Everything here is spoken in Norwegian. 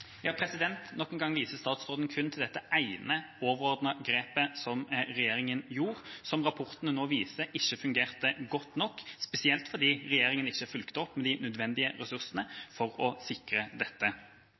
Nok en gang viser statsråden kun til dette ene overordnede grepet som regjeringa gjorde, og som rapportene nå viser ikke fungerte godt nok, spesielt fordi regjeringa ikke har fulgt opp med de nødvendige